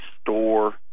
store